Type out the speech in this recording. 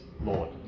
Lord